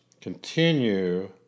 continue